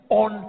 on